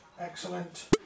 excellent